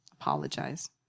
apologize